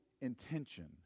intention